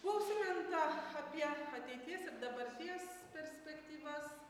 buvo užsiminta apie ateities ir dabarties perspektyvas